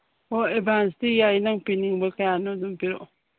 ꯍꯣꯏ ꯑꯦꯚꯥꯟꯁ ꯄꯤ ꯌꯥꯏ ꯅꯪ ꯄꯤꯅꯤꯡꯕ ꯀꯌꯥꯅꯣ ꯑꯗꯨꯝ ꯄꯤꯔꯛꯑꯣ